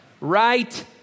Right